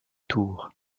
tours